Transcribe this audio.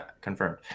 Confirmed